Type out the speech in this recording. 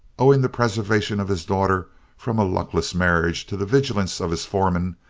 owing the preservation of his daughter from a luckless marriage to the vigilance of his foreman,